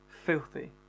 filthy